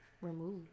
remove